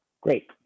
Great